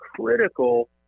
critical